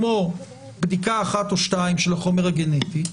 כמו בדיקה אחת או שתיים של החומר הגנטי,